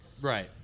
Right